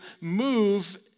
move